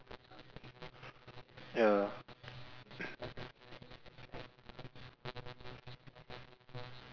ya